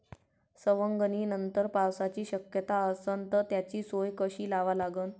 सवंगनीनंतर पावसाची शक्यता असन त त्याची सोय कशी लावा लागन?